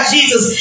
Jesus